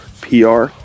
pr